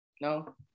No